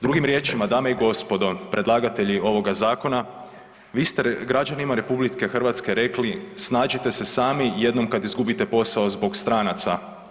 Drugim riječima, dame i gospodo, predlagatelji ovoga zakona, vi ste građanima RH rekli snađite se sami jednom kad izgubite posao radi stranaca.